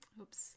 oops